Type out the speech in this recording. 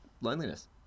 loneliness